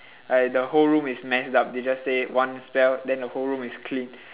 like the whole room is messed up they just say one spell then the whole room is clean